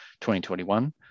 2021